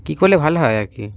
কী করলে ভালো হয় আর কি